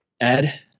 Ed